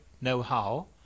know-how